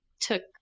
took